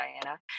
diana